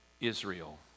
Israel